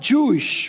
Jewish